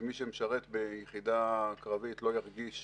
שמי שמשרת ביחידה קרבית לא ירגיש